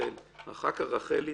נעמה, אחר כך רחלי טל-הדר.